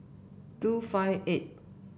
two five eight